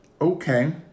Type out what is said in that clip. Okay